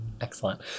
Excellent